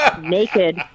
naked